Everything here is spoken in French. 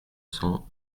cents